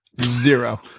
Zero